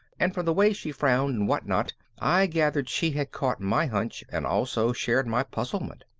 and from the way she frowned and what not i gathered she had caught my hunch and also shared my puzzlement.